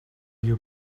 you